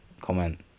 Comment